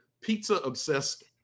pizza-obsessed